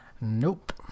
nope